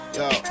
yo